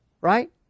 right